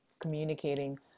communicating